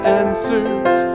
answers